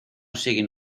siguen